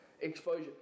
exposure